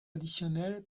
additionnel